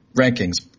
rankings